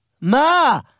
Ma